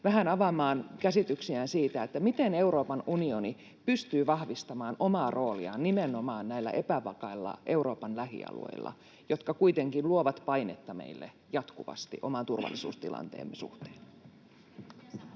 vähän avaamaan käsityksiään siitä, miten Euroopan unioni pystyy vahvistamaan omaa rooliaan nimenomaan näillä epävakailla Euroopan lähialueilla, jotka kuitenkin luovat painetta meille jatkuvasti oman turvallisuustilanteemme suhteen.